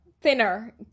thinner